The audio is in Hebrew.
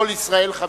כל ישראל חברים",